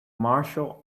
martial